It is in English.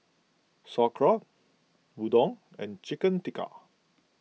Sauerkraut Udon and Chicken Tikka